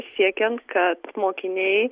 siekiant kad mokiniai